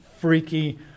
freaky